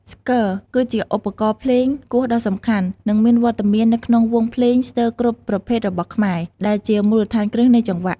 ស្គរ គឺជាឧបករណ៍ភ្លេងគោះដ៏សំខាន់ និងមានវត្តមាននៅក្នុងវង់ភ្លេងស្ទើរគ្រប់ប្រភេទរបស់ខ្មែរ ដែលជាមូលដ្ឋានគ្រឹះនៃចង្វាក់។